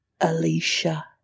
Alicia